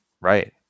Right